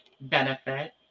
benefit